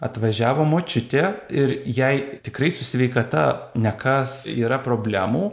atvažiavo močiutė ir jai tikrai su sveikata ne kas yra problemų